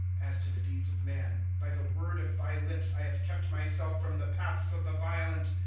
as to the deeds of man, by the word of thy lips i have kept myself from the paths of the violent.